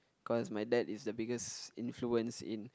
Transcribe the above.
cause my dad is the biggest influence in